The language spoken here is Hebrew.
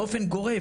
באופן גורף,